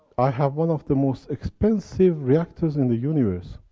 i have one of the most expensive reactors in the universe.